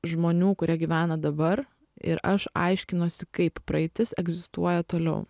žmonių kurie gyvena dabar ir aš aiškinuosi kaip praeitis egzistuoja toliau